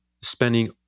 spending